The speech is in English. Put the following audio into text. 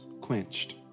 quenched